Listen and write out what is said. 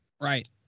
right